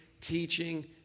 teaching